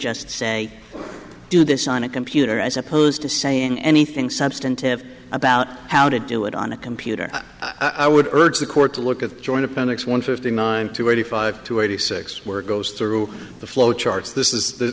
just say do this on a computer as opposed to saying anything substantive about how to do it on a computer i would urge the court to look at joint appendix one fifty nine to eighty five to eighty six where it goes through the flow charts this is